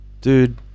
Dude